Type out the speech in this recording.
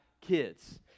kids